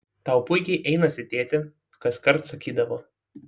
tau puikiai einasi tėti kaskart sakydavo